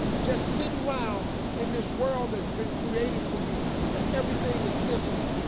just sitting around in this world that's been created for you that everything is instant.